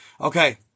Okay